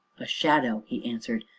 a shadow, he answered,